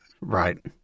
Right